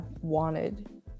wanted